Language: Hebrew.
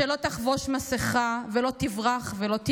שלא תחבוש מסכה / לא תברח ולא תימלט.